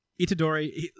Itadori